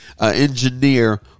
engineer